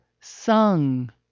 sung